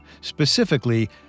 Specifically